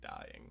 dying